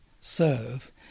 serve